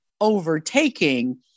overtaking